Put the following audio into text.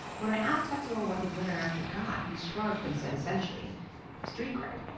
when i asked tetsuo what the winner actually got, he shrugged and said essentially street cred.